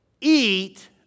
eat